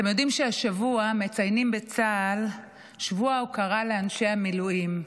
אתם יודעים שהשבוע מציינים בצה"ל שבוע הוקרה לאנשי המילואים.